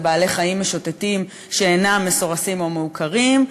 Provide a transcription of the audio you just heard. בעלי-חיים משוטטים שאינם מסורסים או מעוקרים.